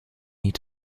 need